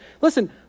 listen